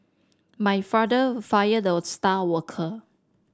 my father fired the star worker